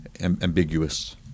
ambiguous